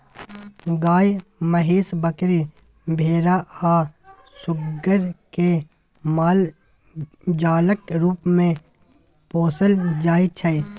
गाय, महीस, बकरी, भेरा आ सुग्गर केँ मालजालक रुप मे पोसल जाइ छै